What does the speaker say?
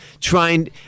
trying